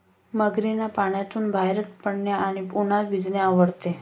मगरींना पाण्यातून बाहेर पडणे आणि उन्हात भिजणे आवडते